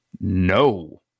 no